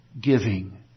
giving